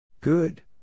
Good